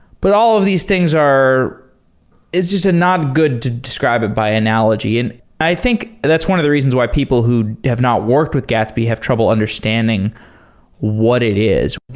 but all of these things are it's just not good to describe it by analogy. and i think that's one of the reasons why people who have not worked with gatsby have trouble understanding what it is.